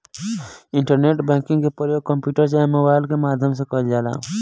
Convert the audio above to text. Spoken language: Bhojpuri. इंटरनेट बैंकिंग के परयोग कंप्यूटर चाहे मोबाइल के माध्यम से कईल जाला